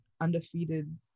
undefeated